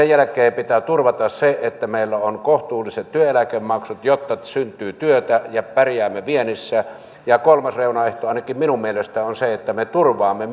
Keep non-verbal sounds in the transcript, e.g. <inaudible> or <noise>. <unintelligible> jälkeen pitää turvata se että meillä on on kohtuulliset työeläkemaksut jotta syntyy työtä ja pärjäämme viennissä kolmas reunaehto ainakin minun mielestäni on se että me turvaamme <unintelligible>